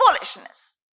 Foolishness